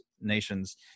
nations